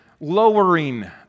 lowering